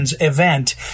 event